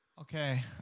Okay